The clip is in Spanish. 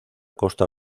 costa